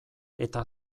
eta